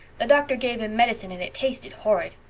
the doctor gave him medicine and it tasted horrid.